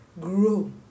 grow